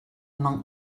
monk